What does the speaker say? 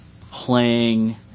playing